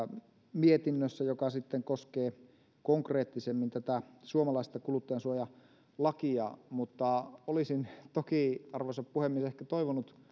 mietinnössä joka sitten koskee konkreettisemmin tätä suomalaista kuluttajansuojalakia mutta olisin toki arvoisa puhemies ehkä toivonut